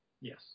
Yes